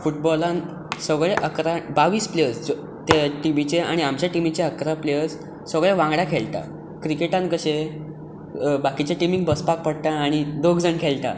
फुटबॉलांत सगळें अकरा बावीस प्लेयर्स ते टिमीचे आनी आमच्या टिमीचे इकरा प्लेयर्स सगळे वांगडा खेळटा क्रिकेटान कशें बाकिच्या टिमिंग बसपाक पडटा आनी दोग जाण खेळटा